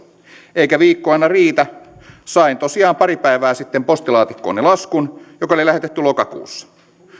eikä viikko aina riitä sain tosiaan pari päivää sitten postilaatikkooni laskun joka oli lähetetty lokakuussa